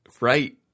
right